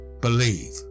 believe